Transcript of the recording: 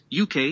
UK